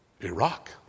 Iraq